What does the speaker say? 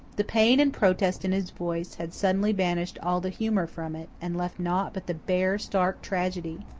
the pain and protest in his voice had suddenly banished all the humour from it, and left naught but the bare, stark tragedy.